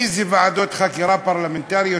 איזה ועדות חקירה פרלמנטריות,